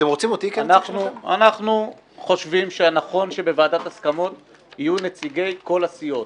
אנחנו חושבים שנכון שבוועדת הסכמות יהיו נציגי כל הסיעות,